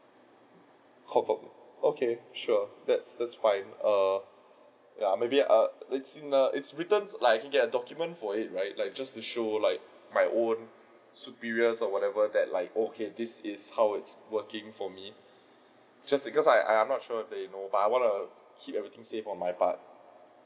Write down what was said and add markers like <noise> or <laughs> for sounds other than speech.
<laughs> oh okay sure that that's fine err ya maybe err it's in err it's written like I can get a document for it right like just to show like my own superiors whatever that like oh okay this is how it is working for me just becos' I I'm not sure they know but I just wanna keep everything safe on my part